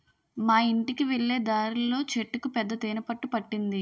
మా యింటికి వెళ్ళే దారిలో చెట్టుకు పెద్ద తేనె పట్టు పట్టింది